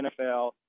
NFL